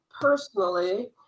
personally